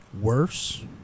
worse